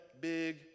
big